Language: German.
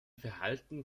verhalten